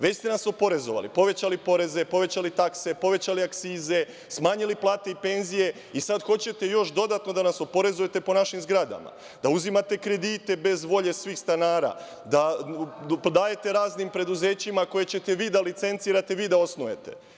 Već ste nas oporezovali, povećali poreze, povećali takse, povećali akcize, smanjili plate i penzije, i sada hoćete još dodatno da nas oporezujete po našim zgradama, da uzimate kredite bez volje svih stanara, da dajete raznim preduzećima koje ćete vi da licencirate, vi da osnujete.